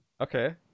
Okay